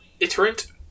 Iterant